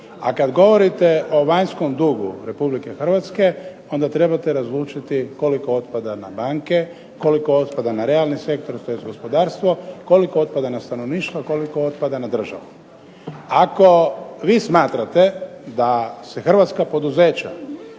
A kada govorite o vanjskom dugu Republike Hrvatske onda trebate razlučiti koliko otpada na banke, koliko otpada na realni sektor, tj. Gospodarstvo, koliko otpada na stanovništvu, koliko otpada na državu. Ako vi smatrate da se Hrvatska poduzeća